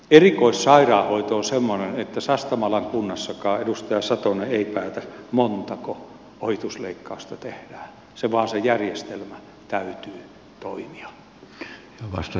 erikoissairaanhoito on semmoinen että sastamalan kunnassakaan edustaja satonen ei päätä montako ohitusleikkausta tehdään vaan sen järjestelmän täytyy toimia